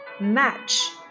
match